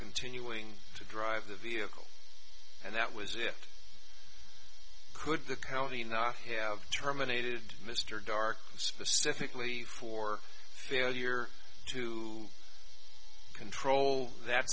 continuing to drive the vehicle and that was it could the county not have terminated mr dark specifically for failure to control that